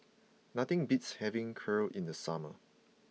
nothing beats having Kheer in the summer